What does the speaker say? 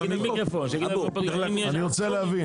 אני רוצה להבין,